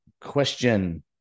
question